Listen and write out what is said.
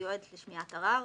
המיועדת לשמיעת ערר,